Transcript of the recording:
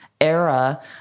era